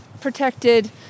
protected